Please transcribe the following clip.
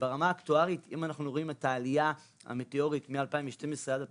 ברמה האקטוארית אם אנחנו רואים את העלייה המטאורית מ-2012 עד 2022,